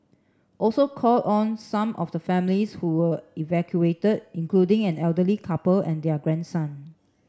also called on some of the families who were evacuated including an elderly couple and their grandson